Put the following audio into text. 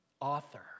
author